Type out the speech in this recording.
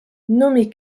nommé